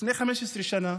לפני 15 שנה